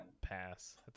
Pass